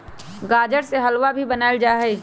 गाजर से हलवा भी बनावल जाहई